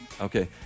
Okay